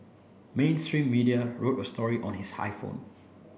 mainstream media wrote a story on his iPhone